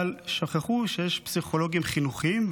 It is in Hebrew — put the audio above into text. אבל שכחו שיש פסיכולוגים חינוכיים,